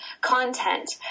content